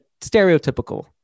stereotypical